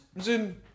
zoom